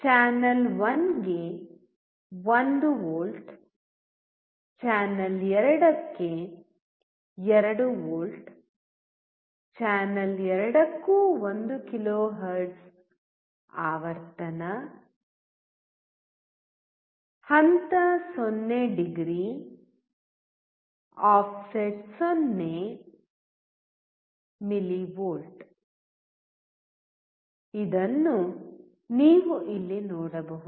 channel ಗೆ 1 volt channel 2 ಗೆ 2 volt channel ಎರಡಕ್ಕೂ 1 ಕಿಲೋಹರ್ಟ್ ಆವರ್ತನ ಹಂತ 0 ಡಿಗ್ರಿ ಆಫ್ಸೆಟ್ 0 ಮಿಲಿವೋಲ್ಟ್ ಅನ್ನು ನೀವು ಇಲ್ಲಿ ನೋಡಬಹುದು